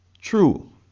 True